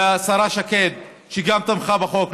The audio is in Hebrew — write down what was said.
לשרה שקד, שגם תמכה בחוק.